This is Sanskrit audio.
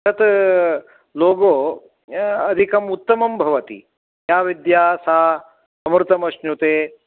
तत् लोगो अधिकम् उत्तमं भवति या विद्या सा अमृतमश्नुते